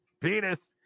Penis